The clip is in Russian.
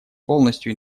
полностью